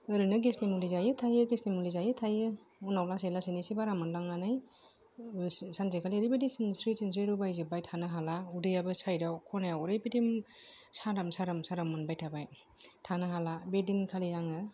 ओरैनो गेसनि मुलि जायो थायो गेसनि मुलि जायो थायो उनाव लासै लासैनो एसे बारा मोनलांनानै सानसेखालि ओरैबायदि सिनस्रि थिनस्रि रुबाय जोबबाय थानो हाला उदैआबो साइदाव खना ओरैबायदि सारोम सारोम सारोम मोनबाय थाबाय थानो हाला बे दिनखालि आङो